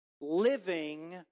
living